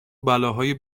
بلاهای